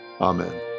Amen